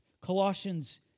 Colossians